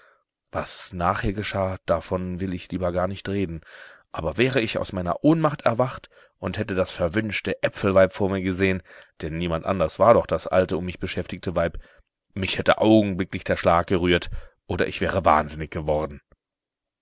was nachher geschah davon will ich lieber gar nicht reden aber wäre ich aus meiner ohnmacht erwacht und hätte das verwünschte äpfelweib vor mir gesehen denn niemand anders war doch das alte um mich beschäftigte weib mich hätte augenblicklich der schlag gerührt oder ich wäre wahnsinnig geworden